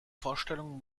vorstellung